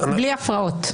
בלי הפרעות.